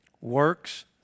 works